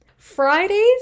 Fridays